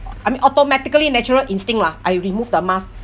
I mean automatically natural instinct lah I remove the mask